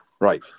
Right